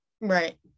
Right